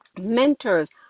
mentors